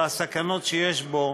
והסכנות שיש בו.